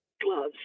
gloves